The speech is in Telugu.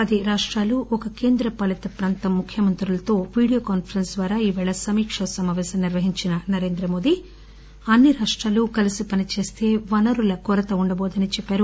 పది రాష్టాలు ఒక కేంద్రపాలిత ప్రాంత ముఖ్యమంత్రులతో వీడియో కాన్పరెస్స్ ద్వారా ఈరోజు సమీకా సమావేశం నిర్వహించిన నరేంద్రమోదీ అన్ని రాప్రాలు కలిసి పనిచేస్తే వనరుల కొరత ఉండబోదని చెప్పారు